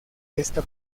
esta